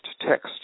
text